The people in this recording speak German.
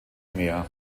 meer